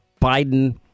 Biden